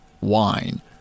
wine